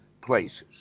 places